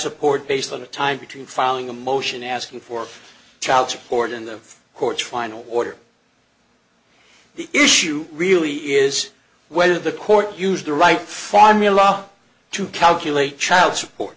support based on the time between filing a motion asking for child support in the courts final order the issue really is whether the court used the right formula to calculate child support